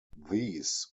these